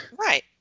right